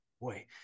boy